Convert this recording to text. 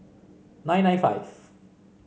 nine nine five